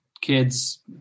kids